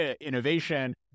innovation